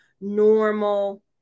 normal